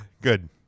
good